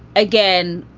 again,